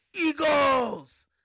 Eagles